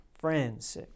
friends